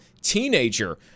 teenager